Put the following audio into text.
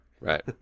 Right